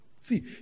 See